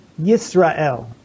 Yisrael